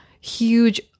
huge